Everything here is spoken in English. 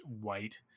white